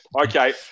Okay